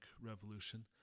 revolution